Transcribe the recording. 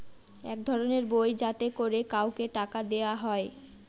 এক ধরনের বই যাতে করে কাউকে টাকা দেয়া হয়